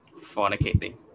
fornicating